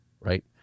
right